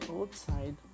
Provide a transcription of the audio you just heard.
outside